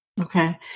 Okay